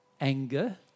anger